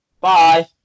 Bye